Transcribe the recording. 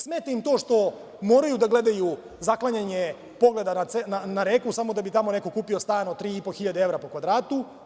Smeta im to što moraju da gledaju zaklanjanje pogleda na reku samo da bi tamo neko kupio stan od 3.500 hiljade evra po kvadratu.